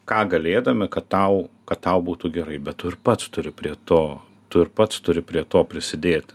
ką galėdami kad tau kad tau būtų gerai bet tu ir pats turi prie to tu ir pats turi prie to prisidėti